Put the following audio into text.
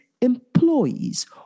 employees